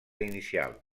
inicial